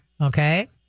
Okay